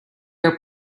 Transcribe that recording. are